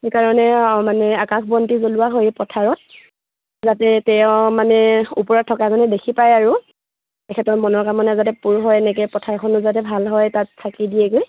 সেইকাৰণে মানে আকাশ বন্তি জ্বলোৱা হয় পথাৰত যাতে তেওঁ মানে ওপৰত থকাজনে দেখি পায় আৰু তেখেতৰ মনৰ কামনা যাতে পূৰ হয় এনেকৈ পথাৰখনো যাতে ভাল হয় তাত চাকি দিয়েগৈ